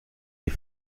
die